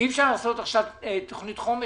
אי אפשר לעשות עכשיו תוכנית חומש,